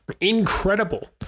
incredible